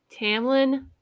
tamlin